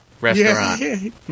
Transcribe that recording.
restaurant